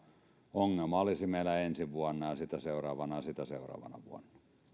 ongelma olisi meillä ensi vuonna ja sitä seuraavana ja sitä seuraavana vuonna